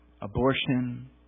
abortion